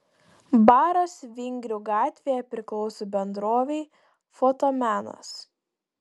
baras vingrių gatvėje priklauso bendrovei fotomenas